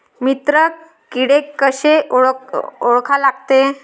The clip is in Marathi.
मित्र किडे कशे ओळखा लागते?